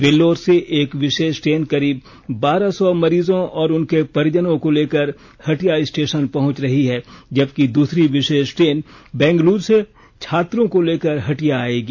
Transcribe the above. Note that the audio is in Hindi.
वेल्लोर से एक विषेष ट्रेन करीब बारह सौ मरीजों और उनके परिजनों को लेकर हटिया स्टेषन पहुंच रही है जबकि दूसरी विषेष ट्रेन बंगलुरू से छात्रों को लेकर हटिया आयेगी